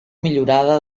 millorada